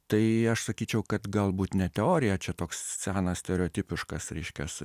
tai aš sakyčiau kad galbūt ne teorija čia toks senas stereotipiškas reiškias